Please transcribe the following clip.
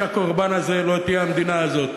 שהקורבן הזה לא יהיה המדינה הזאת,